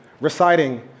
reciting